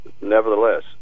nevertheless